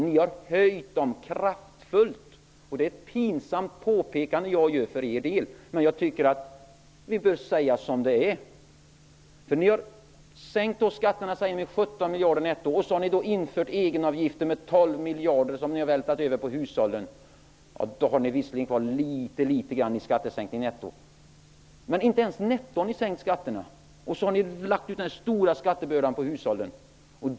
Ni har höjt dem kraftfullt, och det är ett pinsamt påpekande jag gör för er del när jag tycker att ni bör säga som det är. Ni har sänkt skatterna, säger ni, med 17 miljarder, och så har ni infört egenavgifter på 12 miljarder som ni har vältrat över på hushållen. Då har ni visserligen kvar litet grand i skattesänkning, men netto har ni inte sänkt skatterna, och ni har lagt den stora skattebördan på hushållen.